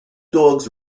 dogs